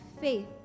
faith